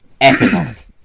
economic